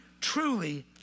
truly